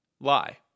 Lie